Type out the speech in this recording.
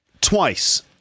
twice